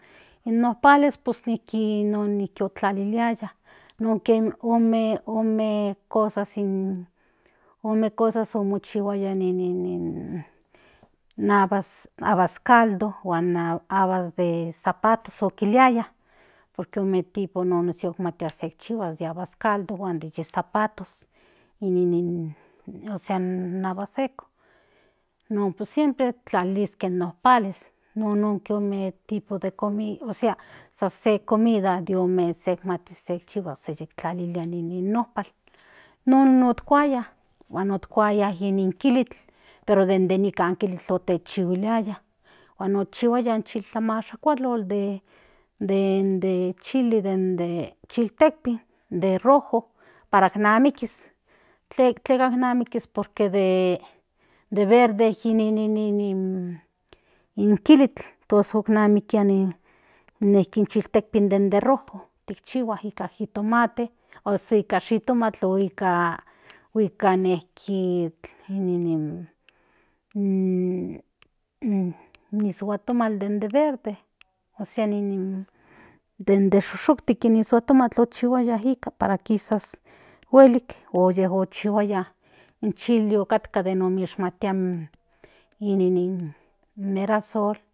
In nopales pues nijki kintlaliliaya nonke ome cosas in ome cosas omochihuaya ti nin nin avascaldo huan avaszapato kiliaya por que ome tipo se ikchihuas in avascaldo huan de zapato ósea in avaseto pues siempre tlaliliske nompales nonke ome tipo de comida ósea san se comida de ome sek matis se ikchihuas tlalilia in nompal non otkuaya huan otkuaya in kilitl pero den de nikan okinchihuiliya huan okchihuaya in chiltlamashakualotl den de chili den de chiltekpin de rojo para knamikis tleka namikis por que de verde in kilitl tos onimikiani in chiltekpin den de rojo nikan ni jitomate o se shtomatl o nika nin ni ishuatomatl den de vrede ósea nin dende shushuktik in ishuatomatl onikchihuaya nika para kisas huelik oyeyikchihuaya in chili otkatka den okishmatia in merashol.